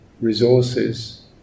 resources